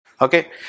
Okay